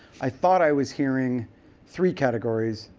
i thought i was hearing three categories,